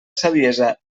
saviesa